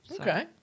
okay